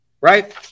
right